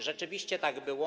Rzeczywiście tak było.